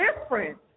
different